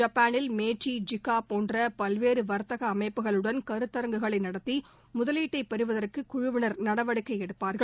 ஜப்பாளில் METI ஜூக்கா போன்ற பல்வேறு வர்த்தக அமைப்புகளுடன் கருத்தரங்குகளை நடத்தி முதலீட்டை பெறுவதற்கு குழுவினா் நடவடிக்கை எடுப்பாா்கள்